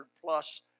plus